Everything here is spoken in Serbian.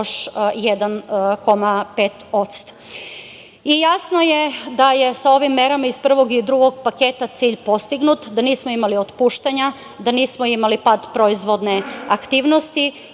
1,5%.Jasno je da je sa ovim merama iz prvo i drugog paketa cilj postignut, da nismo imali otpuštanja, da nismo imali pad proizvodne aktivnosti